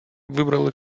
вибрали